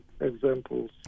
examples